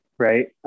right